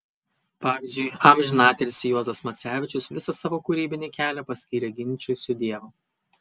pavyzdžiui amžinatilsį juozas macevičius visą savo kūrybinį kelią paskyrė ginčui su dievu